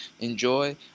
enjoy